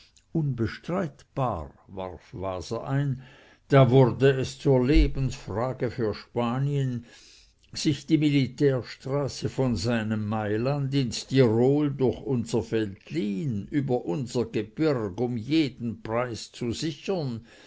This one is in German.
unbestreitbar warf waser ein da wurde es zur lebensfrage für spanien sich die militärstraße von seinem mailand ins tirol durch unser veltlin über unser gebirg um jeden preis zu sichern